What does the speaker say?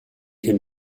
him